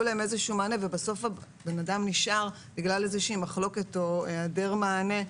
להם מענה ובסוף האדם נשאר בגלל מחלוקת או היעדר מענה,